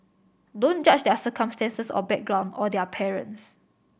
don't judge their circumstances or background or their parents